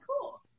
cool